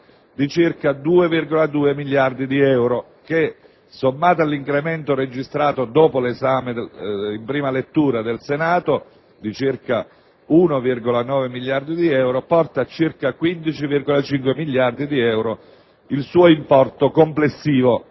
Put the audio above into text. di circa 2,2 miliardi di euro, che sommato all'incremento registrato dopo l'esame in prima lettura del Senato (pari a 1,9 miliardi di euro), porta a circa 15,5 miliardi di euro il suo importo complessivo,